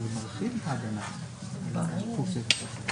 אני מנחה את הקליניקה לייצוג אוכלוסיות בפריפריה באוניברסיטה העברית.